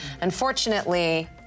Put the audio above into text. Unfortunately